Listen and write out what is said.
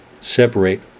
separate